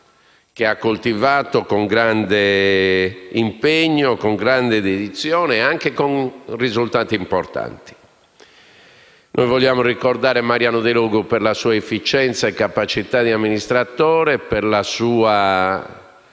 che ha coltivato con grande impegno, con grande dedizione e anche con risultati importanti. Noi vogliamo ricordare Mariano Delogu per la sua efficienza e capacità di amministratore, per la sua